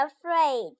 afraid